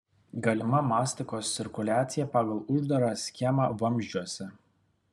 galima mastikos cirkuliacija pagal uždarą schemą vamzdžiuose